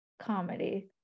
comedy